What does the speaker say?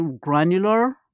granular